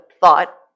thought